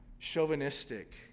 chauvinistic